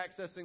accessing